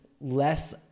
less